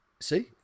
see